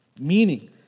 meaning